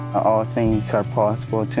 all things are possible.